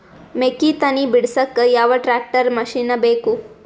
ಮೆಕ್ಕಿ ತನಿ ಬಿಡಸಕ್ ಯಾವ ಟ್ರ್ಯಾಕ್ಟರ್ ಮಶಿನ ಬೇಕು?